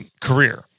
career